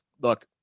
look